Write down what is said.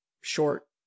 short